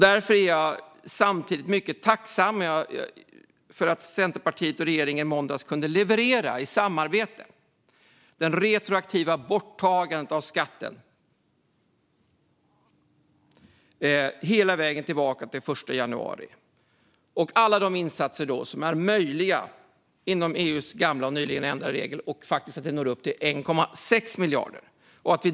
Därför är jag tacksam för att Centerpartiet och regeringen i måndags kunde leverera i samarbete det retroaktiva borttagandet av skatten hela vägen tillbaka till den 1 januari och alla de insatser som är möjliga inom EU:s gamla och nyligen ändrade regler, så att summan når upp till 1,6 miljarder.